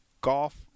golf